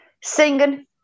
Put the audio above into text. singing